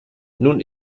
nun